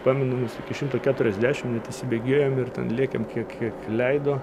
pamenu mes iki šimto keturiasdešim net įsibėgėjom ir ten lėkėm kiek kiek leido